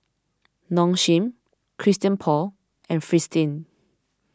Nong Shim Christian Paul and Fristine